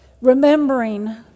remembering